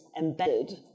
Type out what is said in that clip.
embedded